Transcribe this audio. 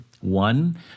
One